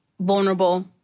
vulnerable